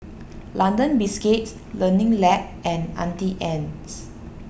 London Biscuits Learning Lab and Auntie Anne's